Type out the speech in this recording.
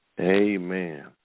Amen